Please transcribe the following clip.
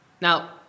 Now